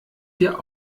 dir